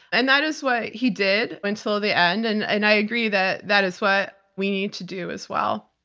and that is what he did until the end, and and i agree that that is what we need to do as well.